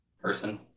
person